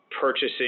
purchasing